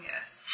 yes